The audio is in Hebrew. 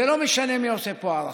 זה לא משנה מי עושה פה הערכות,